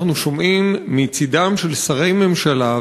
אנחנו שומעים מצדם של שרי ממשלה,